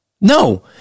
No